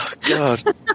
god